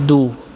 दू